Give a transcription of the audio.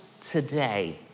today